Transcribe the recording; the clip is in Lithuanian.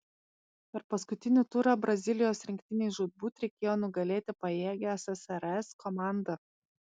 per paskutinį turą brazilijos rinktinei žūtbūt reikėjo nugalėti pajėgią ssrs komandą